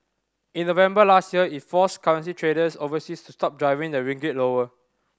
in November last year it forced currency traders overseas to stop driving the ringgit lower